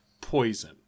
poison